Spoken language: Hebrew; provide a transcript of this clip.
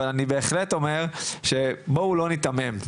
אבל אני בהחלט אומר שבואו לא ניתמם.